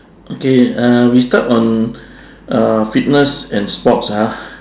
okay uh we start on uh fitness and sports ah